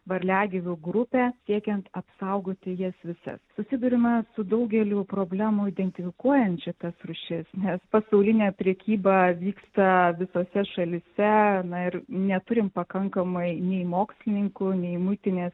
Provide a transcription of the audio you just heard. varliagyvių grupę siekiant apsaugoti jas visas susiduriama su daugeliu problemų identifikuojant šitas rūšis nes pasaulinė prekyba vyksta visose šalyse na ir neturim pakankamai nei mokslininkų nei muitinės